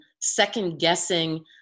second-guessing